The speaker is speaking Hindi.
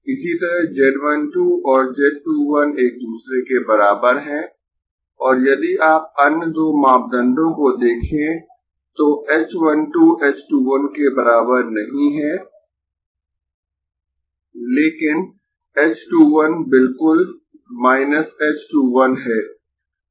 इसी तरह z 1 2 और z 2 1 एक दूसरे के बराबर है और यदि आप अन्य दो मापदंडों को देखें तो h 1 2 h 2 1 के बराबर नहीं है लेकिन h 2 1 बिल्कुल h 2 1 है